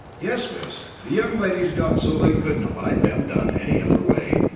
yes, miss. the young ladies got so they couldn't abide them done any other way.